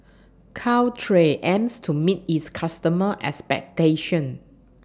Caltrate aims to meet its customers' expectations